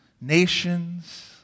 nations